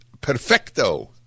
perfecto